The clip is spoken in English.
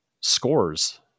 scores